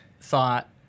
thought